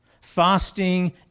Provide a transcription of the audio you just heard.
fasting